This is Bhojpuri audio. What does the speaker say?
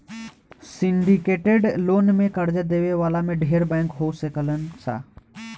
सिंडीकेटेड लोन में कर्जा देवे वाला में ढेरे बैंक हो सकेलन सा